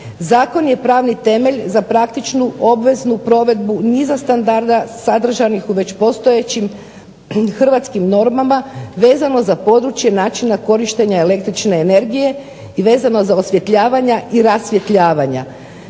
zakon je pravni temelj za praktičnu obveznu provedbu niza standarda sadržanih u već postojećim Hrvatskim normama vezanih za područje načina korištenja električne energije i vezano za osvjetljavanja i rasvjetljavanja.